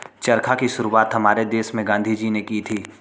चरखा की शुरुआत हमारे देश में गांधी जी ने की थी